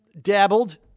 dabbled